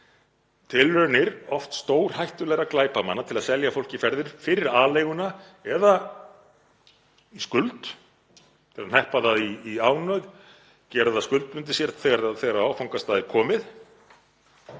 tilraunir, oft stórhættulegra glæpamanna, til að selja fólki ferðir fyrir aleiguna eða skuld, hneppa það í ánauð, gera það skuldbundið sér þegar á áfangastað er komið,